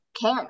care